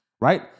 right